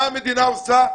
מה המדינה עושה?